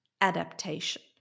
adaptation